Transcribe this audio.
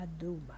aduma